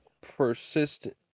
persistent